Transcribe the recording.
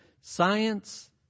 science